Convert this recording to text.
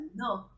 no